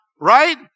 Right